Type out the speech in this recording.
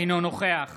אינו נוכח